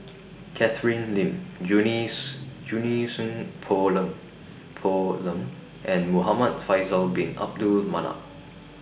Catherine Lim Junie Junie Sng Poh Leng Poh Leng and Muhamad Faisal Bin Abdul Manap